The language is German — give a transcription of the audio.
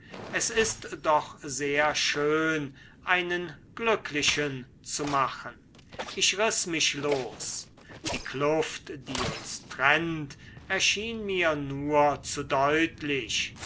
es ist doch sehr schön einen glücklichen zu machen ich riß mich los die kluft die uns trennt erschien mir nur zu deutlich